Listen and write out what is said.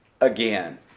again